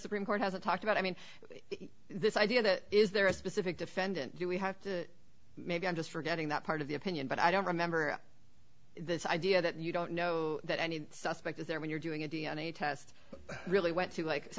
supreme court hasn't talked about i mean it this idea that is there a specific defendant we have maybe i'm just forgetting that part of the opinion but i don't remember this idea that you don't know that any suspect is there when you're doing a d n a test really went through like